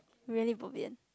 really bo pian